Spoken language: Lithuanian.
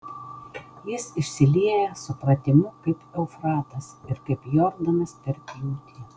jis išsilieja supratimu kaip eufratas ir kaip jordanas per pjūtį